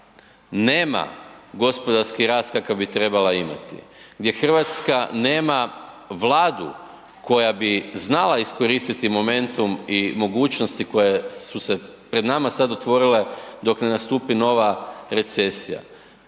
nema gospodarski rast kakav bi trebala, gdje Hrvatska nema Vladu koja bi znala iskoristiti momentum i mogućnosti koje su se pred nama sada otvorile dok ne nastupi nova recesija,